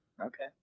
Okay